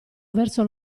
verso